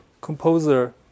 composer